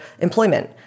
employment